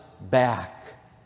back